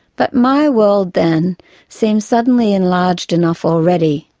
but my world then seemed suddenly enlarged enough already.